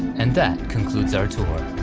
and that concludes our tour.